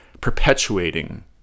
perpetuating